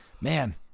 man